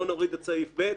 בוא נוריד את סעיף (ב).